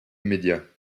médias